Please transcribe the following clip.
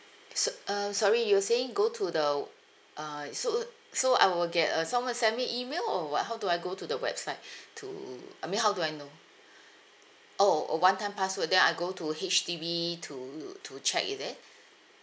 so~ uh sorry you were saying go to the uh so so I will get uh someone send me email or what how do I go to the website to I mean how do I know oh a one time password then I go to H_D_B to to check is it